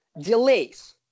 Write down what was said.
delays